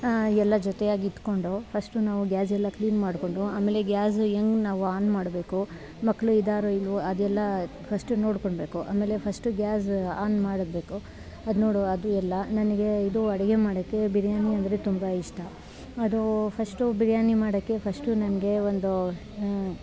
ಎಲ್ಲ ಜೊತೆಯಾಗಿ ಇದ್ಕೊಂಡು ಫಶ್ಟು ನಾವು ಗ್ಯಾಸೆಲ್ಲ ಕ್ಲೀನ್ ಮಾಡ್ಕೊಂಡು ಆಮೇಲೆ ಗ್ಯಾಸ್ ಹೆಂಗೆ ನಾವು ಆನ್ ಮಾಡಬೇಕು ಮಕ್ಕಳು ಇದ್ದಾರೋ ಇಲ್ವೋ ಅದೆಲ್ಲ ಫಶ್ಟು ನೋಡ್ಕೋಳ್ಬೇಕು ಆಮೇಲೆ ಫಶ್ಟು ಗ್ಯಾಸ್ ಆನ್ ಮಾಡಬೇಕು ಅದು ನೋಡು ಅದು ಎಲ್ಲ ನನಗೆ ಇದು ಅಡಿಗೆ ಮಾಡೋಕ್ಕೆ ಬಿರಿಯಾನಿ ಅಂದರೆ ತುಂಬ ಇಷ್ಟ ಅದೂ ಫಶ್ಟು ಬಿರಿಯಾನಿ ಮಾಡೋಕ್ಕೆ ಫಶ್ಟು ನನಗೇ ಒಂದು